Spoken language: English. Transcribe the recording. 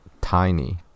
tiny